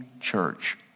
church